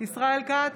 ישראל כץ,